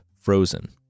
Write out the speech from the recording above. frozen